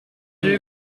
qué